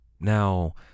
Now